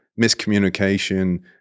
miscommunication